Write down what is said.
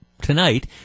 tonight